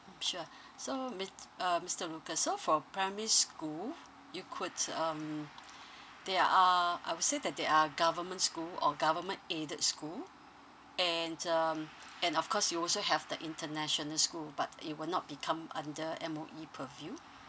mm sure so mit~ uh mister lucas so for primary school you could um there are I would say that there are government school or government aided school and um and of course you also have the international school but it will not be come under M_O_E purview